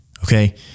Okay